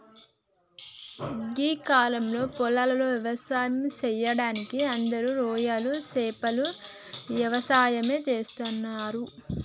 గీ కాలంలో పొలాలలో వ్యవసాయం సెయ్యడానికి అందరూ రొయ్యలు సేపల యవసాయమే చేస్తున్నరు